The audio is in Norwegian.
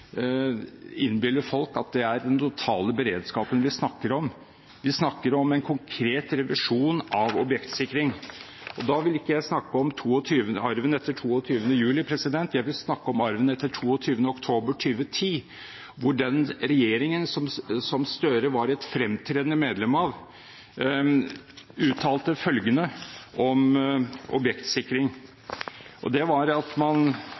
innbille folk at det er den totale beredskapen vi snakker om. Vi snakker om en konkret revisjon av objektsikring. Da vil ikke jeg snakke om arven etter 22. juli, jeg vil snakke om arven etter 22. oktober 2010, hvor den regjeringen som Gahr Støre var et fremtredende medlem av, uttalte følgende om objektsikring: Sikkerhetsloven har allerede i dag en bestemmelse som setter krav om etablering av sikringstiltak. Og så kommer det: